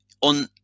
on